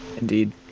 indeed